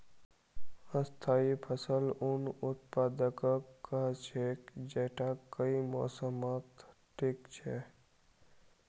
स्थाई फसल उन उत्पादकक कह छेक जैता कई मौसमत टिक छ